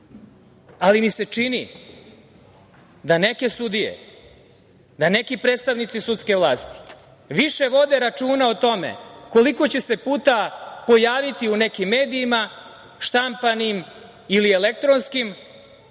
ali mi se čini da neke sudije, neki predstavnici sudske vlasti više vode računa o tome koliko će se puta pojaviti u nekim medijima štampanim ili elektronskim,